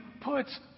puts